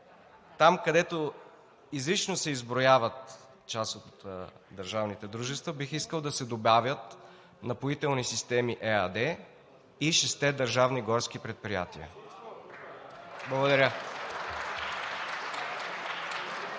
там, където изрично се изброяват част от държавните дружества, бих искал да се добавят „Напоителни системи“ ЕАД и шестте държавни горски предприятия. Благодаря.